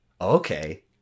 Okay